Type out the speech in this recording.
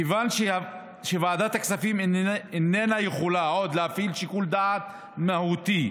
כיוון שוועדת הכספים איננה יכולה עוד להפעיל שיקול דעת מהותי,